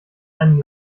einen